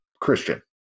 Christian